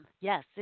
Yes